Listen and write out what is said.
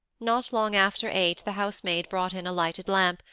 not long after eight the housemaid brought in a lighted lamp,